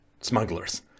smugglers